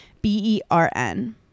B-E-R-N